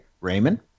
Raymond